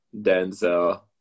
Denzel